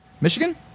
Michigan